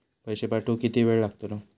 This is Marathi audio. पैशे पाठवुक किती वेळ लागतलो?